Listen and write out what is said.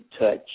touch